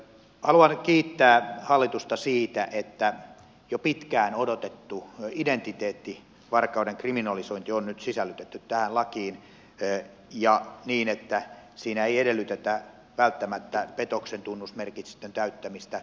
haluan kiittää hallitusta siitä että jo pitkään odotettu identiteettivarkauden kriminalisointi on nyt sisällytetty tähän lakiin niin että siinä ei edellytetä välttämättä petoksen tunnusmerkistön täyttymistä